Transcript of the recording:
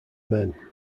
men